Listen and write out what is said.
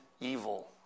evil